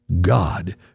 God